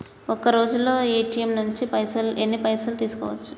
ఒక్కరోజులో ఏ.టి.ఎమ్ నుంచి ఎన్ని పైసలు తీసుకోవచ్చు?